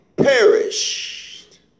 perished